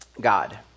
God